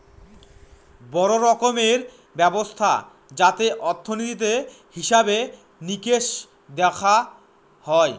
বড়ো রকমের ব্যবস্থা যাতে অর্থনীতির হিসেবে নিকেশ দেখা হয়